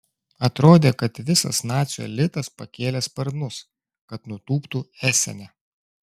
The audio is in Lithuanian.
atrodė kad visas nacių elitas pakėlė sparnus kad nutūptų esene